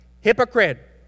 Hypocrite